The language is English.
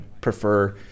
prefer